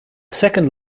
second